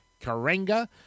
karenga